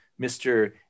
Mr